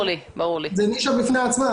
זאת נישה בפני עצמה.